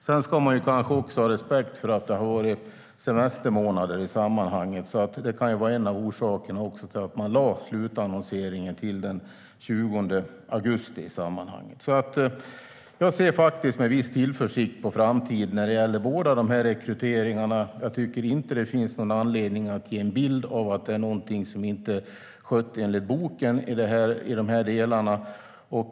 Man ska kanske också ha respekt för att det har varit semestermånader. Det kan vara en av orsakerna till att man lade slutannonseringen till den 20 augusti. Jag ser med viss tillförsikt på framtiden när det gäller båda rekryteringarna. Det finns inte någon anledning att ge en bild av att det är någonting som inte är skött enligt boken i de delarna.